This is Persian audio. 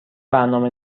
برنامه